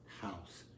house